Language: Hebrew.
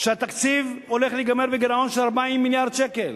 שהתקציב הולך להיגמר בגירעון של 40 מיליארד שקל.